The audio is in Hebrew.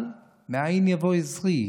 אבל, מאין יבוא עזרי?